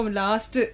last